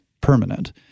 permanent